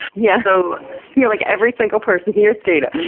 yeah. so you're like, every single person, here's data.